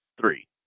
Three